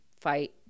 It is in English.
fight